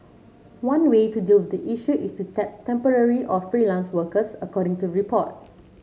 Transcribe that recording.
one way to deal with the issue is to tap temporary or freelance workers according to report